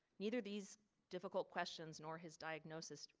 neither these difficult questions nor his diagnosis,